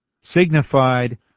signified